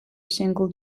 single